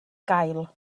gael